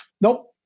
Nope